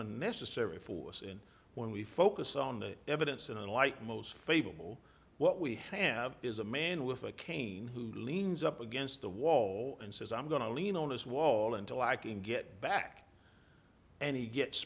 unnecessary force and when we focus on the evidence in a light most favorable what we have is a man with a cane who leans up against the wall and says i'm going to lean on this wall until i can get back and he get